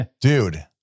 Dude